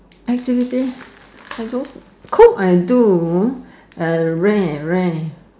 activities I don't cook I do uh rare rare